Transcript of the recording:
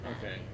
Okay